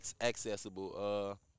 accessible